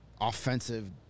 offensive